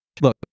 look